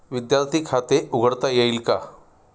विद्यार्थी खाते उघडता येईल का?